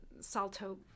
Salto